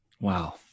Wow